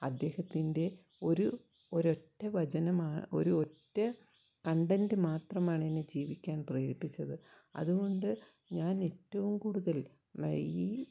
അദ്ദേഹത്തിൻ്റെ ഒരു ഒരറ്റ വചനമാണ് ഒരു ഒറ്റ കൺടൻറ് മാത്രമാണ് എന്നെ ജീവിക്കാൻ പ്രേരിപ്പിച്ചത് അതുകൊണ്ട് ഞാൻ ഏറ്റവും കൂടുതൽ മയ് ഈ